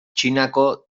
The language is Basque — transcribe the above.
txinako